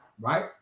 right